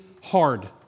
hard